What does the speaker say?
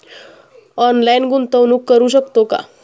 Online गुंतवणूक करू शकतो का?